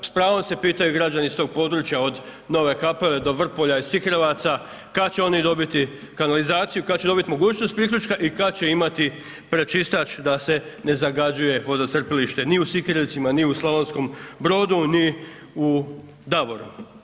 A s pravom se pitaju građani s tog područja od Nove Kapele do Vrpolja i Sikirevaca kad će oni dobiti kanalizaciju, kad će dobiti mogućnost priključka i kad će imati pročistač da se ne zagađuje vodocrpilište ni u Sikirevcima, ni u Slavonskom Brodu, ni u Davoru.